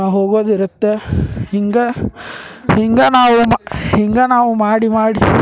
ಹೋಗೋದಿರತ್ತೆ ಹಿಂಗೆ ಹಿಂಗೆ ನಾವು ಮ ಹಿಂಗೆ ನಾವು ಮಾಡಿ ಮಾಡಿ